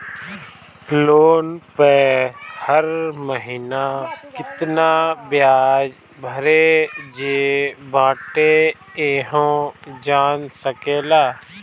loan पअ हर महिना केतना बियाज भरे जे बाटे इहो जान सकेला